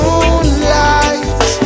Moonlight